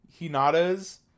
Hinata's